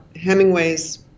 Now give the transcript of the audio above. Hemingway's